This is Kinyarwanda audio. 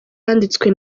yanditswe